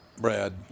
Brad